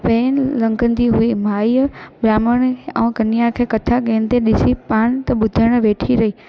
पिणु लंघंदी हुई माईअ ब्राहम्ण ऐं कन्या खे कथा कंदे ॾिसी पाण त ॿुधणु वेठी रही